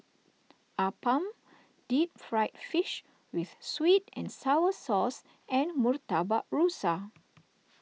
Appam Deep Fried Fish with Sweet and Sour Sauce and Murtabak Rusa